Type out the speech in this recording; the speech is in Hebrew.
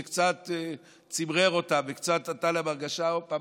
זה קצת צמרר אותם וקצת נתן להם הרגשה: הופה,